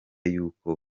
y’uko